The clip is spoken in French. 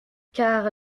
car